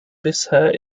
bisher